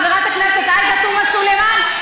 חברת הכנסת עאידה תומא סלימאן,